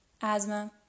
asthma